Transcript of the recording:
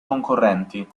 concorrenti